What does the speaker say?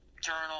journal